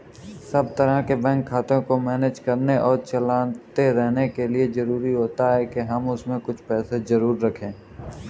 सब तरह के बैंक खाते को मैनेज करने और चलाते रहने के लिए जरुरी होता है के हम उसमें कुछ पैसे जरूर रखे